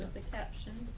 the caption.